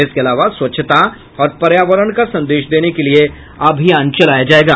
इसके अलावा स्वच्छता और पर्यावरण का संदेश देने के लिए अभियान चलाया जायेगा